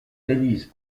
élisent